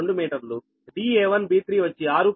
2 మీటర్లు da1b3 వచ్చి 6